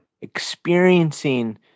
experiencing